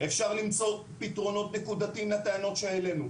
אפשר למצוא פתרונות נקודתיים לטענות שהעלינו.